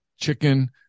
chicken